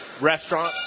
restaurant